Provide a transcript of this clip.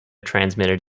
transmitted